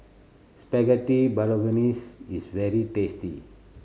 Spaghetti Bolognese is very tasty